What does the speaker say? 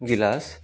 ଗିଲାସ୍